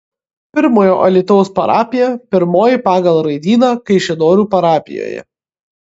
pirmojo alytaus parapija pirmoji pagal raidyną kaišiadorių parapijoje